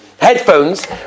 Headphones